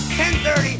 10.30